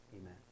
Amen